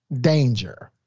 Danger